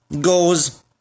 goes